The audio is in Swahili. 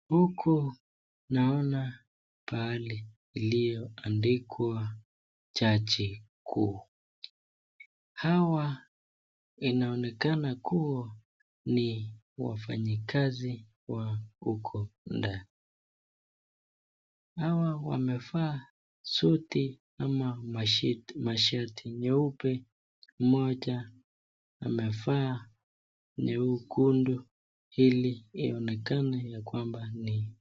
Huku naona bali iliyoandikwa Chachi kuu. Hawa inaonekana kuwa ni wafanyakazi wa huko ndani. Hawa wamevaa suti ama mashati meupe mmoja amevaa nyekundu ili ionekane ya kwamba ni.